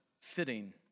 fitting